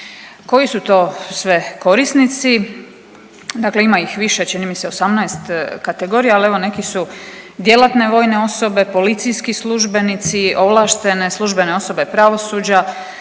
Koji su to sve korisnici, dakle ima ih više, čini mi se 18 kategorija, ali evo neki su djelatne vojne osobe, policijski službenici, ovlaštene službene osobe pravosuđa,